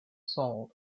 sold